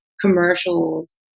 commercials